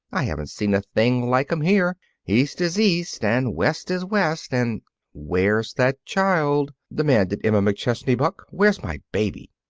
i haven't seen a thing like em here. east is east and west is west and where's that child? demanded emma mcchesney buck. where's my baby?